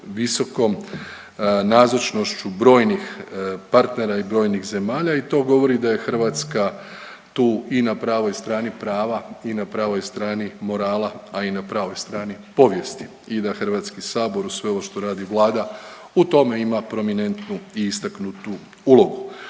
visokom nazočnošću brojnih partnera i brojnih zemalja i to govori da je Hrvatska tu i na pravoj strani prava i na pravoj strani morala, a i na pravoj strani povijesti i da Hrvatski sabor uz sve ovo što radi Vlada u tome ima prominentnu i istaknutu ulogu.